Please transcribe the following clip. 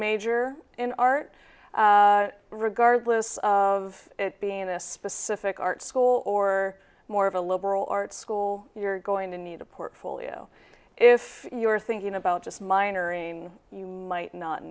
major in art regardless of it being a specific art school or more of a liberal arts school you're going to need a portfolio if you're thinking about just minoring you might not